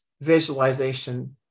visualization